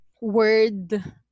word